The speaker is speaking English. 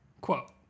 Quote